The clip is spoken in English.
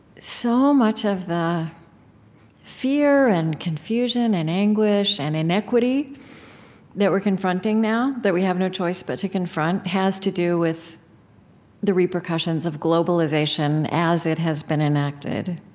so much of the fear and confusion and anguish and inequity that we're confronting now, that we have no choice but to confront, has to do with the repercussions of globalization as it has been enacted.